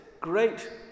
great